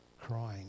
crying